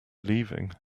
leaving